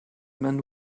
man